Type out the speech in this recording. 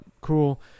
Cool